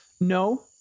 No